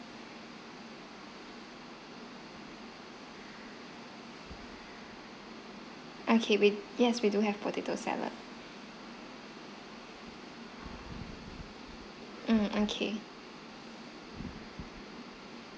okay we yes we do have potato salad mm okay